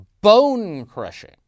bone-crushing